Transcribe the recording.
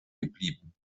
geblieben